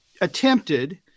attempted